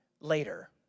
later